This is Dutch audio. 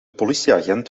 politieagent